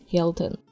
Hilton，